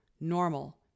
normal